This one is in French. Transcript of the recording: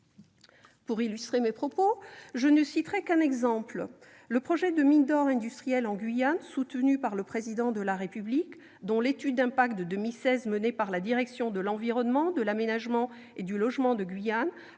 Pour illustrer mes propos, je ne citerai qu'un exemple : le projet de mine d'or industrielle en Guyane, soutenu par le Président de la République. L'étude d'impact de 2016, menée par la direction de l'environnement, de l'aménagement et du logement de Guyane,